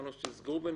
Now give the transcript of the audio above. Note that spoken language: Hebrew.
שאמרנו שתסגרו ביניכם,